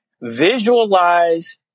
visualize